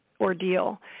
ordeal